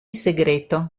segreto